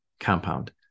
compound